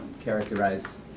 characterize